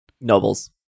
nobles